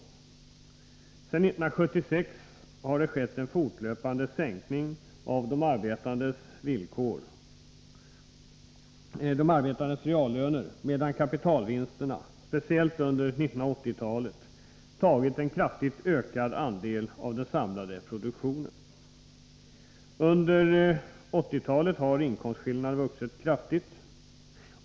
Sedan 1976 har det skett en fortlöpande sänkning av de arbetandes reallöner, medan kapitalvinsterna — speciellt under 1980-talet — tagit en kraftigt ökad andel av den samlade produktionen. Under 1980-talet har inkomstskillnaderna vuxit kraftigt.